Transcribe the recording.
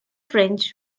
french